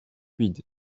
quid